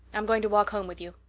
i'm going to walk home with you.